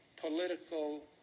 political